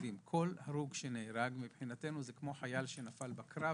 כל הרוג שנהרג מבחינתנו זה כמו חייל שנפל בקרב